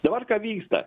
dabar ką vyksta